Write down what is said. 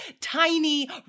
tiny